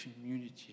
community